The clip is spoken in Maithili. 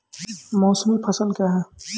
मौसमी फसल क्या हैं?